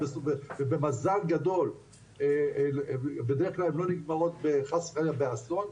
ובמזל גדול בדרך כלל הן לא נגמרות חס וחלילה באסון,